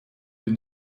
dem